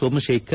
Somashekar